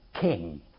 king